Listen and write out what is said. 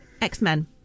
x-men